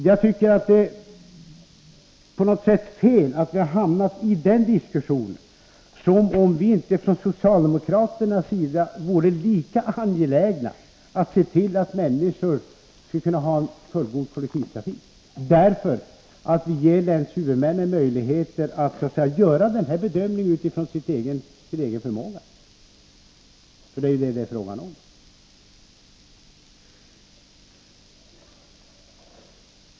Jag tycker att det är fel att vi hamnat i en diskussion där man menar att vi socialdemokrater inte vore lika angelägna som andra att se till att människor har fullgod kollektivtrafik, därför att vi ger länshuvudmännen möjligheter att göra bedömningar utifrån sin egen förmåga — för det är vad det handlar om.